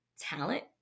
talent